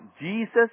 Jesus